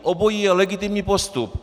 Obojí je legitimní postup.